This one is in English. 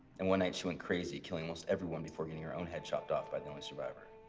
and one night she went crazy killing almost everyone before getting her own head chopped off by the only survivor